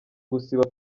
gusiba